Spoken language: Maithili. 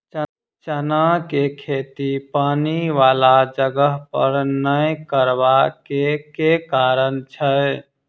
चना केँ खेती पानि वला जगह पर नै करऽ केँ के कारण छै?